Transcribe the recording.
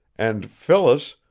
and phyllis,